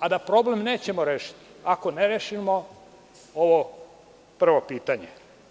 a da problem nećemo rešiti, ako ne rešimo ovo prvo pitanje.